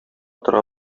тора